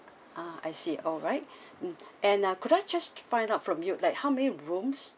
ah I see alright mm and ah could I just find out from you like how many rooms